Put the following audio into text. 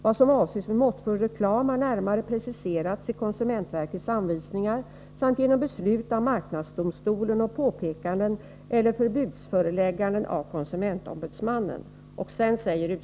Vad som avses med måttfull reklam har närmare preciserats i konsumentverkets anvisningar samt genom beslut av marknadsdomstolen och påpekanden eller förbudsförelägganden av konsumentombudsmannen .